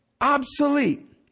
obsolete